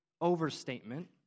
overstatement